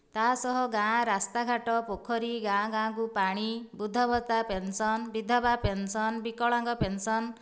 ତା ସହ ଗାଁ ରାସ୍ତା ଘାଟ ପୋଖରୀ ଗାଁ ଗାଁ କୁ ପାଣି ବୃଦ୍ଧ ଭତ୍ତା ପେନ୍ସନ ବିଧବା ପେନ୍ସନ ବିକଳାଙ୍ଗ ପେନ୍ସନ